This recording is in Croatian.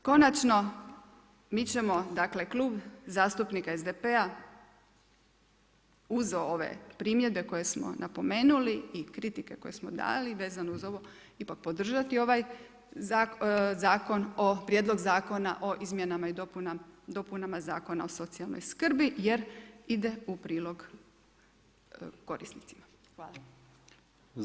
I konačno, mi ćemo, dakle, Klub zastupnika SDP-a uz ove primjedbe koje smo napomenuli i kritike koje smo dali, vezano uz ovo, ipak podržati ovaj, prijedlozi Zakona o izmjenama i dopunama Zakona o socijalnoj skrbi, jer ide u prilog korisnicima.